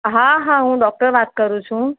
હા હા હું ડોક્ટર વાત કરું છું